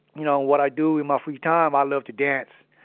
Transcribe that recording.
you know, what i do with my free time, i love to dance.